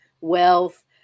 wealth